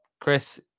Chris